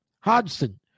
Hodgson